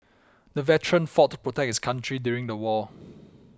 the veteran fought to protect his country during the war